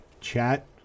Chat